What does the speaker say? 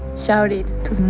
shout it to the